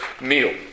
meal